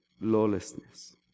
lawlessness